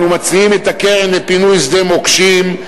אנחנו מציעים את הקרן לפינוי שדה מוקשים,